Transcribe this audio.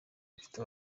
bafite